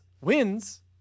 wins